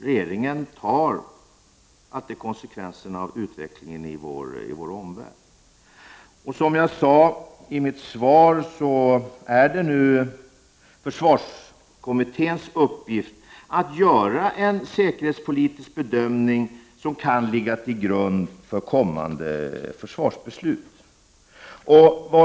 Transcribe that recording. Regeringen tar alltid konsekvenserna av utvecklingen i vår omvärld, och som jag sade i mitt svar är det nu försvarskommitténs uppgift att göra en säkerhetspolitisk bedömning som kan ligga till grund för kommande försvarsbeslut.